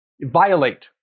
violate